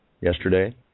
yesterday